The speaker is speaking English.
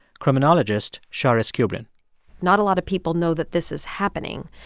criminologist charis kubrin not a lot of people know that this is happening.